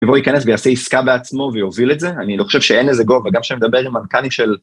ויבוא וייכנס ויעשה עסקה בעצמו ויוביל את זה, אני לא חושב שאין לזה גובה, גם כשאני מדבר עם מנכלים של...